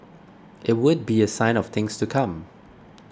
it would be a sign of things to come